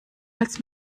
als